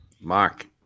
Mark